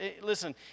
Listen